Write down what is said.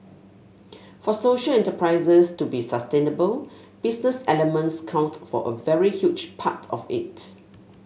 for social enterprises to be sustainable business elements count for a very huge part of it